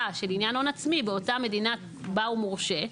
של עניין ההון העצמי באותה מדינה שבה הוא מורשה,